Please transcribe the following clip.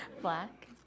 Black